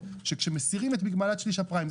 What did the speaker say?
שכשמסירים את מגבלת שליש הפריים,